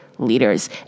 Leaders